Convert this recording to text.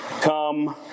come